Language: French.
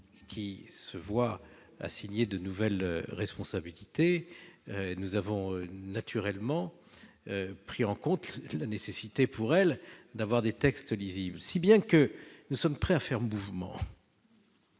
qui se voient assigner de nouvelles responsabilités, nous avons naturellement pris en compte la nécessité pour elles de disposer de textes lisibles. C'est pourquoi nous sommes prêts à faire mouvement-